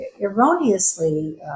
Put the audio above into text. erroneously